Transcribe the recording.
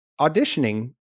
auditioning